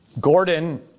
Gordon